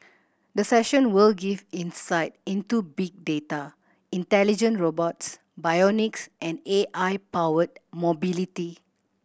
the session will give insight into big data intelligent robots bionics and A I powered mobility